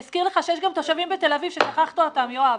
יש גם תושבים בתל-אביב ששכחת אותם, יואב.